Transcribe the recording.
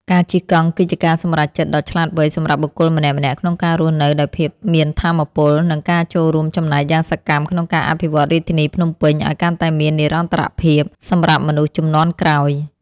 ការជិះកង់គឺជាការសម្រេចចិត្តដ៏ឆ្លាតវៃសម្រាប់បុគ្គលម្នាក់ៗក្នុងការរស់នៅដោយភាពមានថាមពល និងការចូលរួមចំណែកយ៉ាងសកម្មក្នុងការអភិវឌ្ឍរាជធានីភ្នំពេញឱ្យកាន់តែមាននិរន្តរភាពសម្រាប់មនុស្សជំនាន់ក្រោយ។